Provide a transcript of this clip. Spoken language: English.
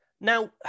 Now